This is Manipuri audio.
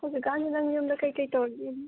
ꯍꯧꯖꯤꯛꯀꯥꯟꯁꯦ ꯅꯪ ꯌꯨꯝꯗ ꯀꯩꯀꯩ ꯇꯧꯔꯤꯒꯦ